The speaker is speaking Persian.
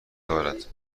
دارد